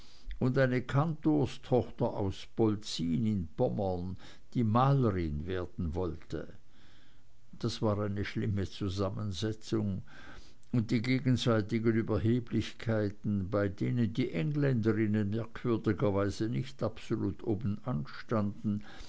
und eine kantorstochter aus polzin in pommern die malerin werden wollte das war eine schlimme zusammensetzung und die gegenseitigen überheblichkeiten bei denen die engländerinnen merkwürdigerweise nicht absolut obenan standen